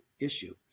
issue